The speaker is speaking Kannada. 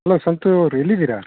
ಹಲೋ ಸಂತು ಅವರೆ ಎಲ್ಲಿದ್ದೀರಾ